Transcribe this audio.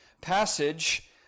passage